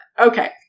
Okay